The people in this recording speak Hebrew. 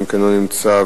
שגם הוא לא נמצא.